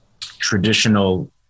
traditional